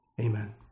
amen